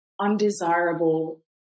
undesirable